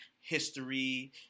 history